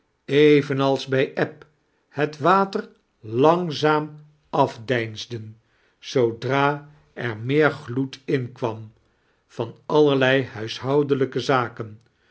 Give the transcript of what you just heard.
evenale bij eb het water langzaam afdeinsden zoodra er meer gloed in kwam van allerlei huishoudelijke zaken